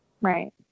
Right